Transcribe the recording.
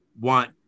want –